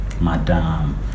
Madam